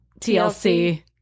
tlc